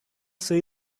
say